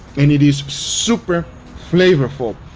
and it is super flavorful.